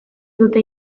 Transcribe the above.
dute